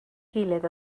gilydd